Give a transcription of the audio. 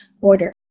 order